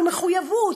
ומחויבות,